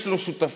יש לו שותפים.